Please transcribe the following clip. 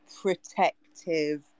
protective